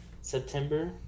september